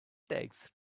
takes